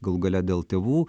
galų gale dėl tėvų